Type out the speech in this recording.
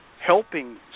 helping